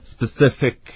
specific